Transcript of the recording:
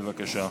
בבקשה.